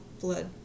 blood